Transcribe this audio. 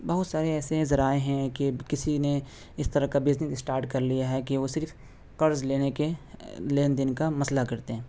بہت سارے ایسے ذرائع ہیں کہ کسی نے اس طرح کا بزنس اسٹارٹ کر لیا ہے کہ وہ صرف قرض لینے کے لین دین کا مسئلہ کرتے ہیں